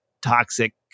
toxic